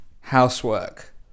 housework